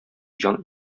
җан